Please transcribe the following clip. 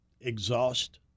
exhaust